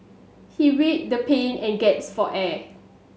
he the pain and gasped for air